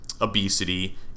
obesity